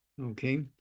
okay